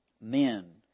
men